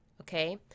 Okay